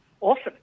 Awesome